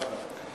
מאה אחוז.